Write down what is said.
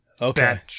Okay